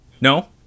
no